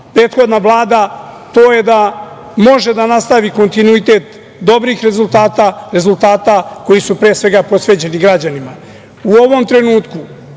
prethodna Vlada, to je da može da nastavi kontinuitet dobrih rezultata, koji su pre svega posvećeni građanima. U ovom trenutku,